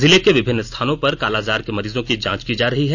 जिले के विभिन्न स्थानों पर कालाजार के मरीजों की जांच की जा रही है